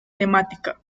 temática